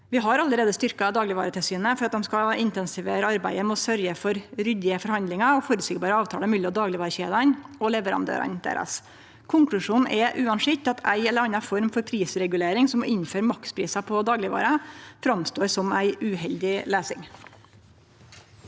Vi har allereie styrkt Dagligvaretilsynet for at dei skal intensivere arbeidet med å sørgje for ryddige forhandlingar og føreseielege avtalar mellom daglegvarekjedene og leverandørane deira. Konklusjonen er uansett at ei eller anna form for prisregulering, som å innføre maksprisar på daglegvarer, framstår som ei uheldig løysing.